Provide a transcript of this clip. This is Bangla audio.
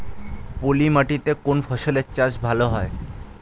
পলি মাটিতে কোন ফসলের চাষ ভালো হয়?